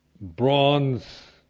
bronze